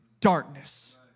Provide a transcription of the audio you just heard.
darkness